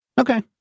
okay